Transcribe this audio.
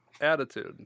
attitude